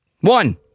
One